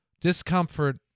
Discomfort